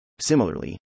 Similarly